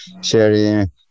sharing